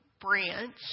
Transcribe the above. branch